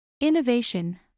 Innovation